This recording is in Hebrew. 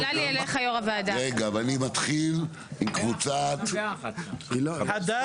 ואני מתחיל עם קבוצת חד"ש